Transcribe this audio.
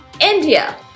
India